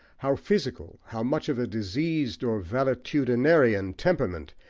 how physical, how much of a diseased or valetudinarian temperament,